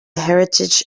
heritage